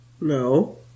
No